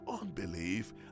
unbelief